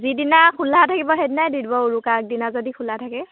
যিদিনা খোলা থাকিব সেই দিনাই দি দিব উৰুকাৰ আগদিনা যদি খোলা থাকে